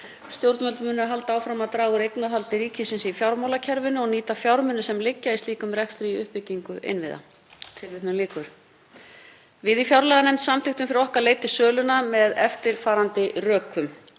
„Stjórnvöld munu halda áfram að draga úr eignarhaldi ríkisins í fjármálakerfinu og nýta fjármuni sem liggja í slíkum rekstri í uppbyggingu innviða.“ Við í fjárlaganefnd samþykktum fyrir okkar leyti söluna með eftirfarandi rökum;